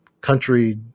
country